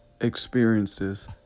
experiences